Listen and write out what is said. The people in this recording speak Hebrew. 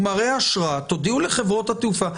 היא מראה אשרה, תודיעו לחברות התעופה.